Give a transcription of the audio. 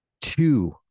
two